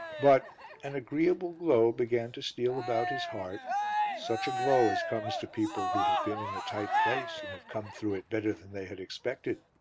but an agreeable glow began to steal about his heart such a glow as comes to people who have been in a tight place and have come through it better than they had expected.